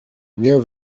nie